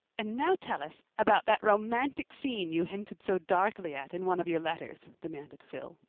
and now tell us about that romantic scene you hinted so darkly at in one of your letters, demanded phil.